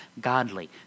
godly